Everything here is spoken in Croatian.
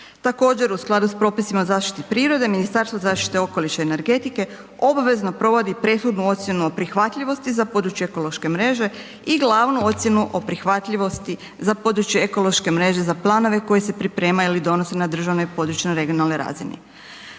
Također u skladu s propisima o zaštiti prirode, Ministarstvo zaštite okoliša i energetike obvezno provodi prethodnu ocjenu o prihvatljivosti za područja ekološke mreže i glavnu ocjenu o prihvatljivosti za područje ekološke mreže za planove koji se pripremaju ili donose na državnoj, područnoj, regionalnoj razini.